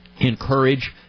encourage